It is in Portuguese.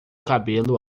cabelo